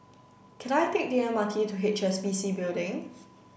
can I take the M R T to H S B C Building